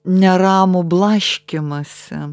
neramų blaškymąsi